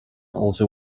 also